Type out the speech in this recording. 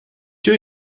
two